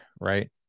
Right